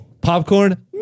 Popcorn